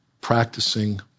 practicing